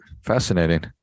Fascinating